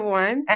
one